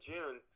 June